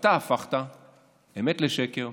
אתה הפכת אמת לשקר,